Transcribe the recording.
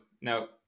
no